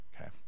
Okay